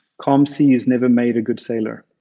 um seas never made a good sailor.